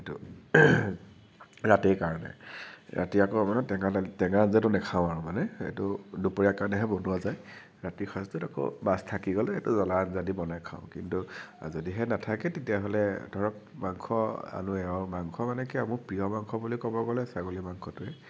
সেইটো ৰাতিৰ কাৰণে ৰাতি আকৌ আপোনাৰ টেঙা দাইল টেঙা আঞ্জাটো নাখাওঁ আৰু মানে এইটো দুপৰীয়াৰ কাৰণেহে বনোৱা যায় ৰাতিৰ সাঁজটোত আকৌ মাছ থাকি গ'লে জলা আঞ্জা দি বনাই খাওঁ কিন্তু যদিহে নাথাকে তেতিয়াহলে ধৰক মাংস আলুৱে হওঁক মাংস মানে কি আৰু মোৰ প্ৰিয় মাংস বুলি ক'ব গ'লে ছাগলী মাংসটোৱেই